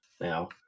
now